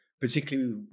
particularly